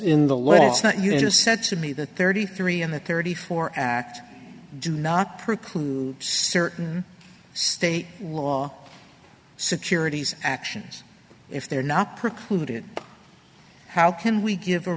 that thirty three in the thirty four act do not preclude certain state law securities actions if they're not precluded how can we give a